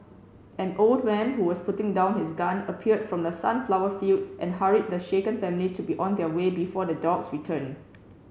an old man who was putting down his gun appeared from the sunflower fields and hurried the shaken family to be on their way before the dogs return